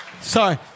Sorry